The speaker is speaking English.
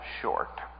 short